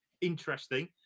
Interesting